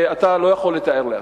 שאתה לא יכול לתאר לעצמך.